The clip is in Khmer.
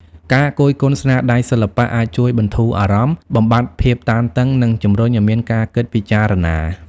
ការគយគន់ស្នាដៃសិល្បៈអាចជួយបន្ធូរអារម្មណ៍ បំបាត់ភាពតានតឹង និងជំរុញឲ្យមានការគិតពិចារណា។